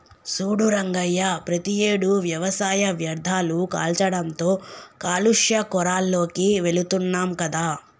సూడు రంగయ్య ప్రతియేడు వ్యవసాయ వ్యర్ధాలు కాల్చడంతో కాలుష్య కోరాల్లోకి వెళుతున్నాం కదా